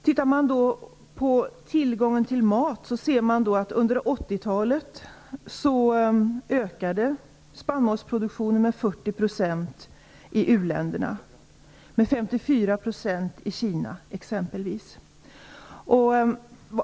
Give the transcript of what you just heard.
Tittar man på tillgången till mat ser man att spannmålsproduktionen under 80-talet ökade med 40 % i u-länderna och med 54 % i Kina exempelvis.